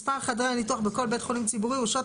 מספר חדרי ניתוח בכל בית חולים ציבורי ושעות